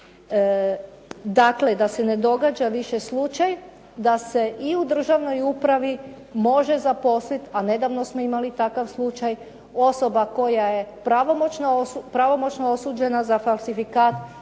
Dakle, da se ne događa više slučaj da se i u državnoj upravi može zaposliti, a nedavno smo imali takav slučaj, osoba koja je pravomoćno osuđena za falsifikat,